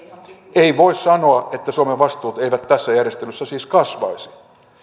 ei voi sanoa että suomen vastuut eivät tässä järjestelyssä siis kasvaisi